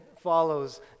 follows